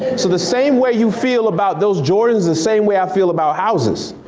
so the same way you feel about those jordan's, the same way i feel about houses.